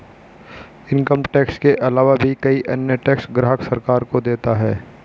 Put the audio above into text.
income tax के आलावा भी कई अन्य टैक्स ग्राहक सरकार को देता है